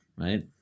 right